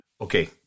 okay